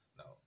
no